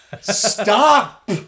Stop